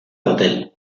hotel